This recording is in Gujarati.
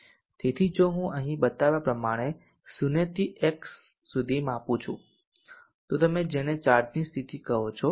તેથી જો હું અહીં બતાવ્યા પ્રમાણે 0 થી સ્તર x સુધી માપું છું તો તમે તેને ચાર્જની સ્થિતિ કહો છો